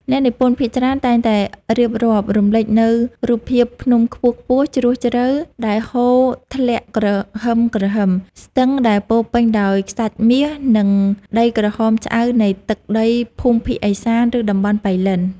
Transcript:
អ្នកនិពន្ធភាគច្រើនតែងតែរៀបរាប់រំលេចនូវរូបភាពភ្នំខ្ពស់ៗ ជ្រោះជ្រៅដែលហូរធ្លាក់គ្រហឹមៗ ស្ទឹងដែលពោរពេញដោយខ្សាច់មាស និងដីក្រហមឆ្អៅនៃទឹកដីភូមិភាគឦសាន ឬតំបន់ប៉ៃលិន។